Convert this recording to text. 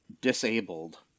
disabled